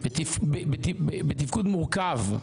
בתפקוד מורכב,